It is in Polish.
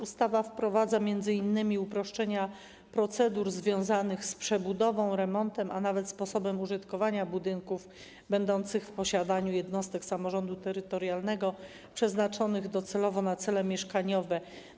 Ustawa wprowadza m.in. uproszczenia procedur związanych z przebudową, remontem, a nawet sposobem użytkowania budynków będących w posiadaniu jednostek samorządu terytorialnego, przeznaczonych docelowo na cele mieszkaniowe.